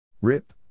Rip